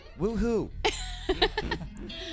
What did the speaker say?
Woohoo